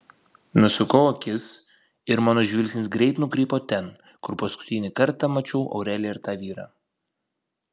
nusukau akis ir mano žvilgsnis greit nukrypo ten kur paskutinį kartą mačiau aureliją ir tą vyrą